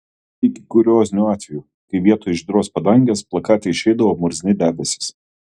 iki kuriozinių atvejų kai vietoj žydros padangės plakate išeidavo murzini debesys